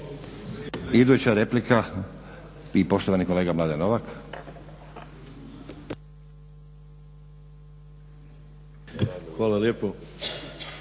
Hvala lijepo.